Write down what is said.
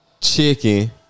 chicken